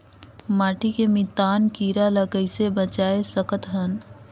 माटी के मितान कीरा ल कइसे बचाय सकत हन?